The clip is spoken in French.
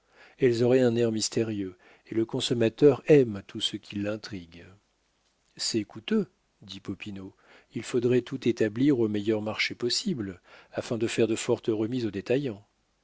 elles auraient un air mystérieux et le consommateur aime tout ce qui l'intrigue c'est coûteux dit popinot il faudrait tout établir au meilleur marché possible afin de faire de fortes remises aux